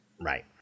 Right